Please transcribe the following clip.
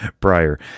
prior